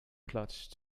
clutch